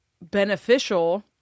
beneficial